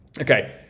Okay